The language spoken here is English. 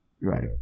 Right